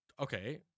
Okay